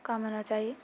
कम होना चाही